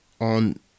on